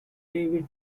david